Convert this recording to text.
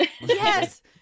Yes